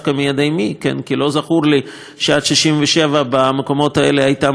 כי לא זכור לי שעד 67' במקומות האלה הייתה מדינה פלסטינית,